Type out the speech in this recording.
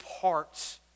parts